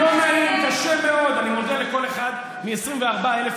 למה אתה בורח מהנושא?